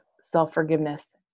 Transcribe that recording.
self-forgiveness